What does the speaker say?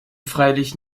freilich